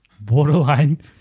borderline